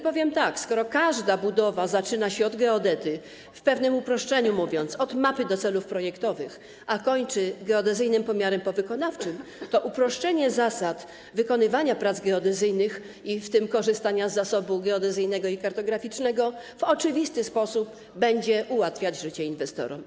Powiem tak, skoro każda budowa zaczyna się od geodety, w pewnym uproszczeniu mówiąc, od mapy do celów projektowych, a kończy geodezyjnym pomiarem powykonawczym, to uproszczenie zasad wykonywania prac geodezyjnych, w tym korzystania z zasobu geodezyjnego i kartograficznego, w oczywisty sposób będzie ułatwiać życie inwestorom.